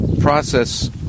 process